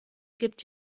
gibt